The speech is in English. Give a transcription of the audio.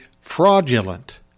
fraudulent